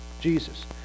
Jesus